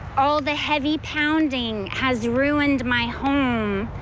all the heavy pounding has ruined my home.